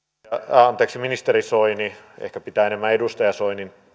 anteeksi ministeri soini ehkä pitää enemmän edustaja soini